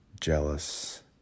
jealous